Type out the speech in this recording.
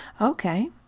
Okay